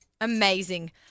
Amazing